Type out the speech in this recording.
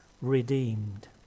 redeemed